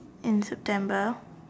in September